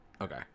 Okay